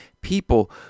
people